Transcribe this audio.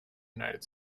united